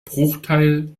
bruchteil